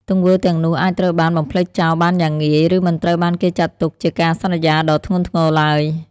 ទង្វើទាំងនោះអាចត្រូវបានបំភ្លេចចោលបានយ៉ាងងាយ ឬមិនត្រូវបានគេចាត់ទុកជាការសន្យាដ៏ធ្ងន់ធ្ងរឡើយ។